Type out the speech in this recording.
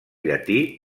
llatí